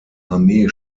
armee